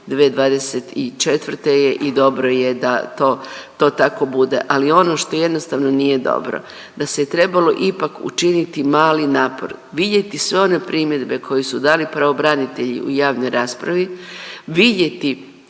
1.1.2024. i dobro je da to, to tako bude, ali ono što jednostavno nije dobro da se je trebalo ipak učiniti mali napor, vidjeti sve one primjedbe koje su dali pravobranitelji u javnoj raspravi, vidjeti